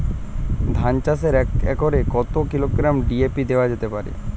ধান চাষে এক একরে কত কিলোগ্রাম ডি.এ.পি দেওয়া যেতে পারে?